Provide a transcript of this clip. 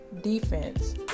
defense